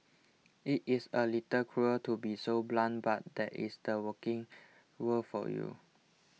it is a little cruel to be so blunt but that is the working world for you